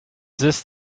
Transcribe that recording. this